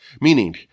Meaning